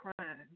crime